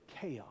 chaos